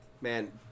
man